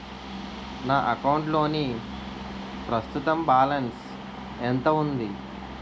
నా అకౌంట్ లోని ప్రస్తుతం బాలన్స్ ఎంత ఉంది?